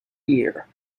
year